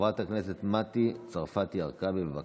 חברת הכנסת מטי צרפתי הרכבי, בבקשה.